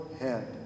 head